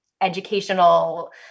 educational